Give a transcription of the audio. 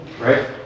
Right